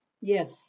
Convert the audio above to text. Yes